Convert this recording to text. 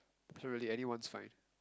so really anyone's fine